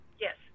Yes